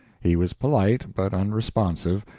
he was polite, but unresponsive,